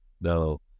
no